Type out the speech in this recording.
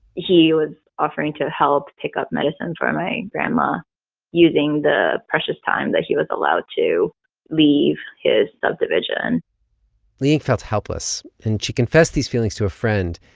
he was offering to help pick up medicine for my grandma using the precious time that he was allowed to leave his subdivision liying felt helpless, and she confessed these feelings to a friend,